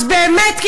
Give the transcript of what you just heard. אז באמת,